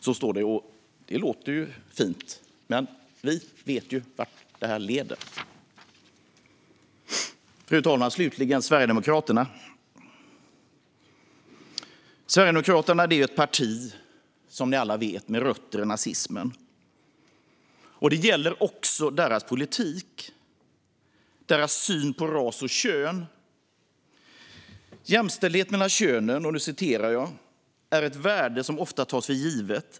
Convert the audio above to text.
Så står det, och det låter fint. Men vi vet vart det leder. Fru talman! Slutligen till Sverigedemokraterna. Sverigedemokraterna är ett parti med rötterna i nazismen, som ni alla vet. Det gäller också deras politik och deras syn på ras och kön. "Jämställdhet mellan könen är ett värde som ofta tas för givet.